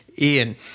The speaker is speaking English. Ian